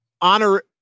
honor